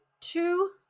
two